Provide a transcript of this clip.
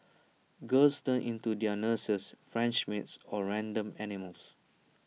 girls turn into their nurses French maids or random animals